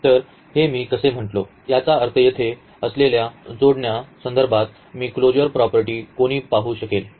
तर हे मी कसे म्हणालो याचा अर्थ येथे असलेल्या जोडण्या संदर्भात ही क्लोजर प्रॉपर्टी कोणी पाहू शकेल